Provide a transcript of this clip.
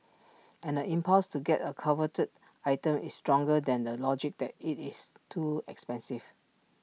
and the impulse to get A coveted item is stronger than the logic that IT is too expensive